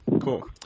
Cool